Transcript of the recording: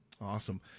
awesome